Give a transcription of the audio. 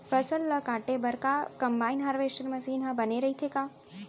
फसल ल काटे बर का कंबाइन हारवेस्टर मशीन ह बने रइथे का?